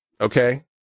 okay